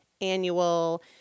Annual